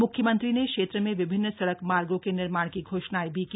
मुख्यमंत्री ने क्षेत्र में विभिन्न सड़क मार्गो के निर्माण की घोषणाएं भी की